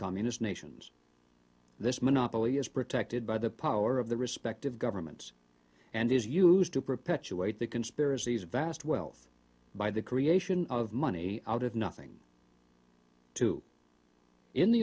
communist nations this monopoly is protected by the power of the respective governments and is used to perpetuate the conspiracies of vast wealth by the creation of money out of nothing to in the